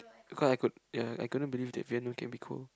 because I could ya I couldn't believe that Vietnam can be cold